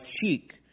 cheek